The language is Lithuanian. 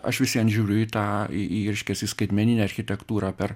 aš vis vien žiūriu į tą į į reiškias į skaitmeninę architektūrą per